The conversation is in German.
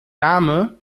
name